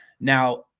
now